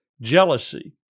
jealousy